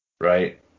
Right